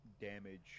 damage